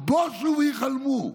בושו והיכלמו.